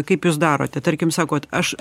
kaip jūs darote tarkim sakot aš